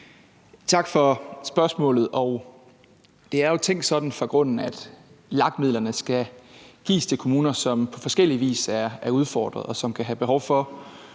Tak for spørgsmålet. Det er jo tænkt sådan fra grunden, at LAG-midlerne skal gives til kommuner, som på forskellig vis er udfordret, og som kan have behov for